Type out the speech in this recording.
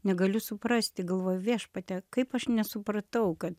negaliu suprasti galvoju viešpatie kaip aš nesupratau kad